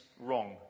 wrong